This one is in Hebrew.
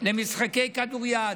ולמשחקי כדוריד.